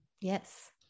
yes